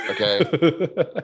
okay